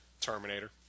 Terminator